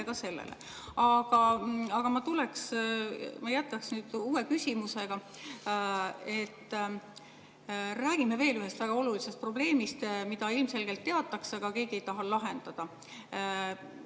ka sellele. Aga ma jätkaksin uue küsimusega. Räägime veel ühest väga olulisest probleemist, mida ilmselgelt teatakse, aga keegi ei taha lahendada.